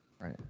Right